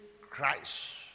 Christ